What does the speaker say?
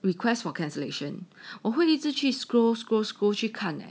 requests for cancellation 我会一直去 scroll scroll scroll 去看的